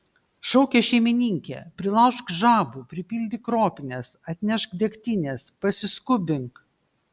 šaukė šeimininkė prilaužk žabų pripildyk ropines atnešk degtinės pasiskubink